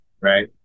right